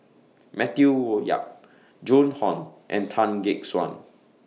Matthew Yap Joan Hon and Tan Gek Suan